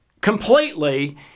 completely